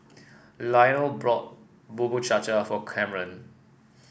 Lionel bought Bubur Cha Cha for Camren